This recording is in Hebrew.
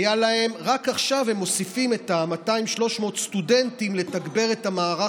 רק עכשיו הם מוסיפים את ה-300-200 סטודנטים לתגבר את המערך